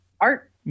Art